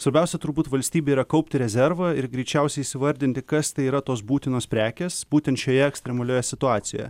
svarbiausia turbūt valstybė yra kaupti rezervą ir greičiausiai įvardinti kas tai yra tos būtinos prekės būtent šioje ekstremalioje situacijoje